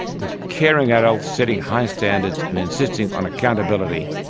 with caring adults setting high standards and insisting on accountability,